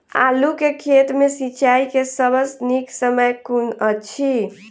आलु केँ खेत मे सिंचाई केँ सबसँ नीक समय कुन अछि?